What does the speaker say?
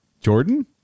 Jordan